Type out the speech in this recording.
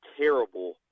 terrible